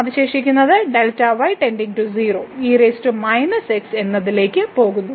അവശേഷിക്കുന്നത് എന്നതിലേക്ക് പോകുന്നു